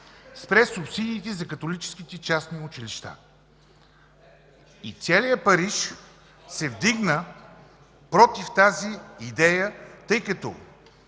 спре субсидиите за католическите частни училища. Целият Париж се вдигна против тази идея, тъй като